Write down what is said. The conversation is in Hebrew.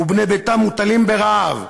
ובני ביתם מוטלים ברעב,